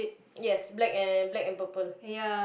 yes black and black and purple